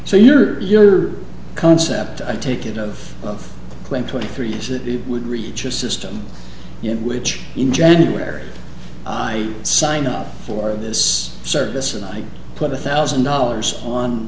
so your concept i take it of claim twenty three is that it would reach a system in which in january i sign up for this service and i put a thousand dollars on